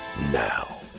Now